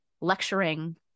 lecturing